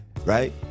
right